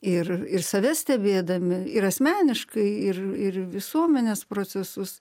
ir ir save stebėdami ir asmeniškai ir ir visuomenės procesus